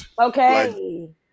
Okay